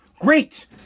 Great